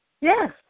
Yes